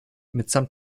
mitsamt